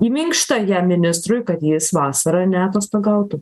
į minkštąją ministrui kad jis vasarą neatostogautų